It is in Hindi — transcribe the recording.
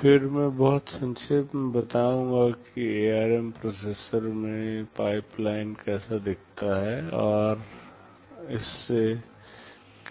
फिर मैं बहुत संक्षेप में बताऊंगा कि एआरएम प्रोसेसर में पाइपलाइन कैसा दिखता है और इससे